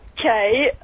Okay